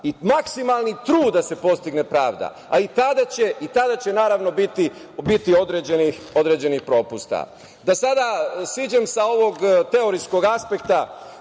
i maksimalni trud da se postigne pravda, a i tada će, naravno, biti određenih propusta. Da sada siđem sa ovog teorijskog aspekta